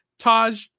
Taj